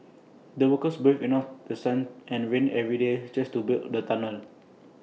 the workers braved enough The Sun and rain every day just to build the tunnel